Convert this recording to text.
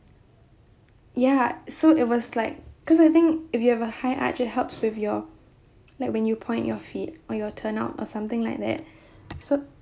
ya so it was like because I think if you have a high arched it helps with your like when you point your feet or your turn out or something like that so